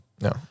No